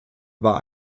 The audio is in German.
war